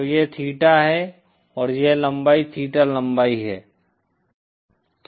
तो यह थीटा है और यह लंबाई थीटा लंबाई है